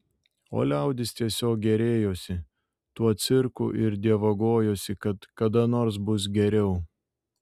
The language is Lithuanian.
o liaudis tiesiog gėrėjosi tuo cirku ir dievagojosi kad kada nors bus geriau